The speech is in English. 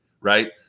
right